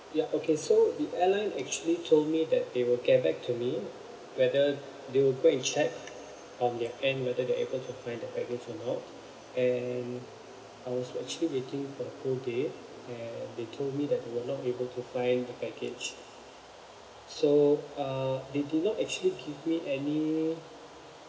ya okay so the airline actually told me that they will get back to me whether they will go and check on their end whether they're able to find the baggage or not and I was actually waiting for the whole day and they told me that they were not able to find the baggage so uh they did not actually give me any